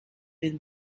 been